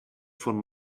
von